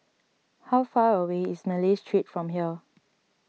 how far away is Malay Street from here